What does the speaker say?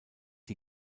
die